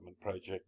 project